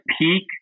peak